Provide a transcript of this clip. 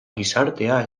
gizartea